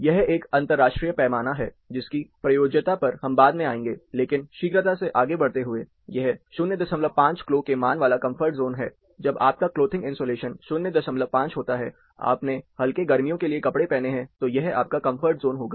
यह एक अंतर्राष्ट्रीय पैमाना है जिसकी प्रयोज्यता पर हम बाद में आएँगे लेकिन शीघ्रता से आगे बढ़ते हुए यह 05 क्लो के मान वाला कम्फर्ट ज़ोन है जब आपका क्लोथिंग इंसुलेशन 05 होता है आपने हल्के गर्मियों के लिए कपड़े पहने हैं तो यह आपका कम्फर्ट ज़ोन होगा